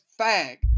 Fag